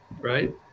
right